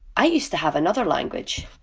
i used to have another language,